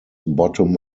bottom